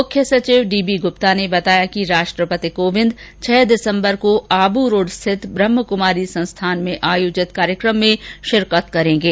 मुख्य सचिव D B Gupta ने बताया कि राष्ट्रपति कोविंद छह दिसम्बर को आबूरोड स्थित ब्रहमाकुमारी संस्थान में आयोजित कार्यक्रम में शिरकत करेंगे